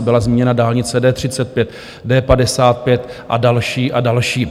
Byla zmíněna dálnice D35, D55 a další a další.